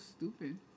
stupid